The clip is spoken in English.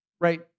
right